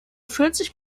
vierzig